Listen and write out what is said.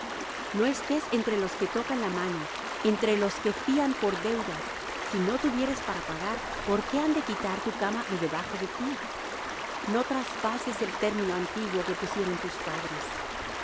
no estés entre los que tocan la mano entre los que fían por deudas si no tuvieres para pagar por qué han de quitar tu cama de debajo de ti no traspases el término antiguo que pusieron tus padres